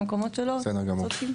במקומות שלא, צודקים.